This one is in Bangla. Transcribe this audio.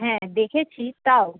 হ্যাঁ দেখেছি তাও